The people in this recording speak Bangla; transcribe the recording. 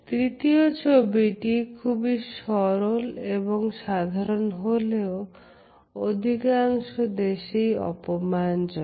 তৃতীয় ছবিটি খুবই সরল এবং সাধারণ হলেও অধিকাংশ দেশেই অপমানজনক